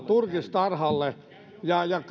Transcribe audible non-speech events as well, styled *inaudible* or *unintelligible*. *unintelligible* turkistarhalle ja ja *unintelligible*